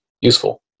useful